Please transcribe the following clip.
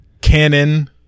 Canon